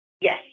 Yes